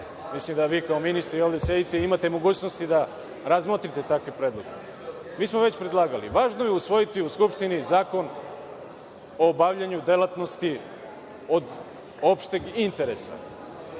mislim da vi kao ministri ovde sedite i imate mogućnosti da razmotrite takve predloge. Mi smo već predlagali, važno je usvojiti u Skupštini zakon o obavljanju delatnosti od opšteg interes.